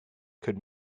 could